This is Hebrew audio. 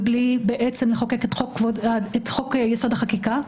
ובלי לחוקק את חוק יסוד: החקיקה,